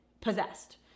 possessed